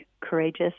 courageous